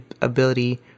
ability